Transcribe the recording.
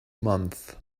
month